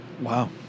Wow